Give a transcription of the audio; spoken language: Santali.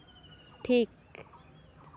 ᱴᱷᱤᱠ